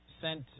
sent